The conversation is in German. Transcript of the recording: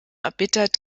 erbittert